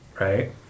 right